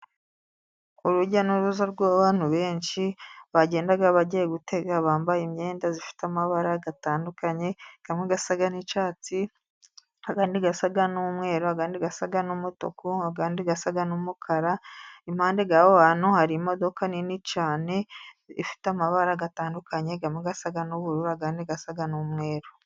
Urujya n'uruza rw'abantu benshi, bagenda bagiye gutega bambaye imyenda ifite amabara atandukanye. Amwe asa n'icyatsi, andi asa n'umweru, andi asa n'umutuku, andi asa n'umukara. Impande yaho hantu hari imodoka nini cyane, ifite amabara atandukanye cyane amwe asa n'ubururu, andi asa n'umweru.